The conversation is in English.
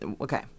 okay